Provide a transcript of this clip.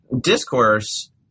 discourse